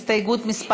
הסתייגות מס'